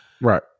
Right